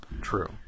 True